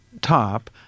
top